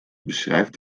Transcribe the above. beschrijft